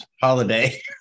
holiday